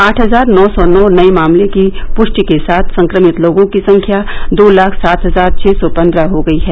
आठ हजार नौ सौ नौ नये मामलों की पृष्टि के साथ संक्रमित लोगों की संख्या दो लाख सात हजार छः सौ पन्द्रह हो गई है